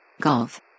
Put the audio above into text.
Golf